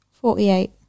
Forty-eight